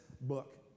book